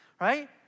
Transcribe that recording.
right